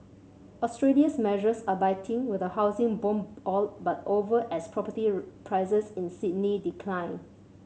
Australia's measures are biting with a housing boom all but over as property prices in Sydney decline